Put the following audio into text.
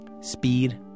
speed